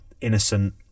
innocent